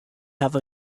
have